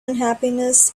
unhappiness